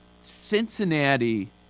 Cincinnati